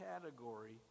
category